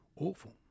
awful